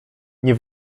nie